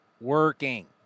working